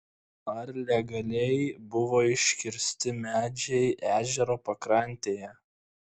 ar legaliai buvo iškirsti medžiai ežero pakrantėje